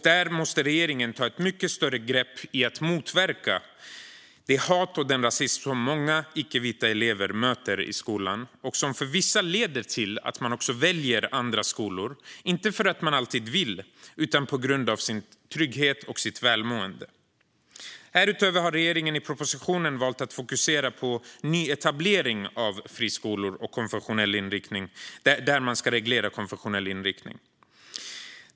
Där måste regeringen ta ett mycket större grepp i att motverka det hat och den rasism som många icke-vita elever möter i skolan och som för vissa leder till att de också väljer andra skolor, inte alltid för att de vill utan för deras trygghets och välmåendes skull. Härutöver har regeringen i propositionen valt att fokusera på nyetablering av friskolor med konfessionell inriktning, där man ska reglera konfessionell inriktning.